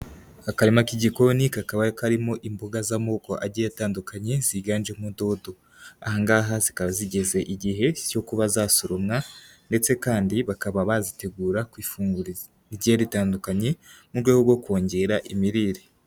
Akarima k'igikoni kakaba karimo imboga z'amoko agiye atandukanye, ziganjemo dodo. Aha ngaha zikaba zigeze igihe cyo kuba zasoromwa ndetse kandi bakaba bazitegura ku ifunguro rigiye ritandukanye, mu rwego rwo kongera imirire.